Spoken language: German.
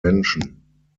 menschen